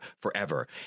forever